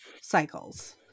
cycles